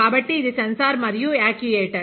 కాబట్టి ఇది సెన్సార్ మరియు యాక్యుయేటర్